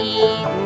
eat